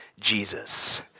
Jesus